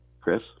Chris